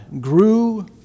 grew